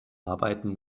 arbeiten